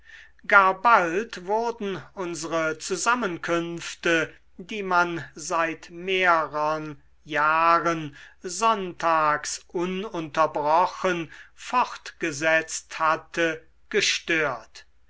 gar bald wurden unsere zusammenkünfte die man seit mehrern jahren sonntags ununterbrochen fortgesetzt hatte gestört